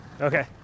Okay